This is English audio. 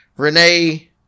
Renee